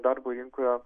darbo rinkoje